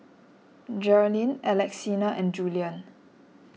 Jerrilyn Alexina and Julien